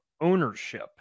ownership